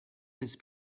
his